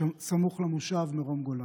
סמוך למושב מרום הגולן.